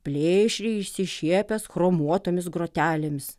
plėšriai išsišiepęs chromuotomis grotelėmis